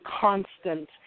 constant